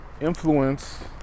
influence